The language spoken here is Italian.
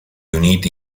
uniti